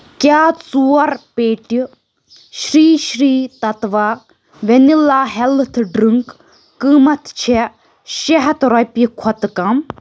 کیٛاہ ژور پیٹہِ Sri Sri Tattva vanilla health drink قۭمتھ چھےٚ شیٚے ہَتھ رۄپیہِ کھۄتہٕ کم